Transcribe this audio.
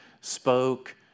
spoke